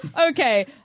Okay